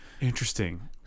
Interesting